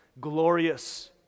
glorious